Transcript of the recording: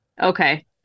Okay